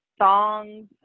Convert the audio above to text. songs